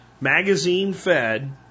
Magazine-fed